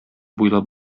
буйлап